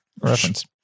reference